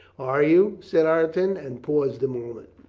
are you? said ireton, and paused a moment.